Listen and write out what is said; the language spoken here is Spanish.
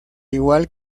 igual